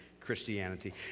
Christianity